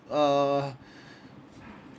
err